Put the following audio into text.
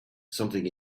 something